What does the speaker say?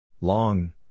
Long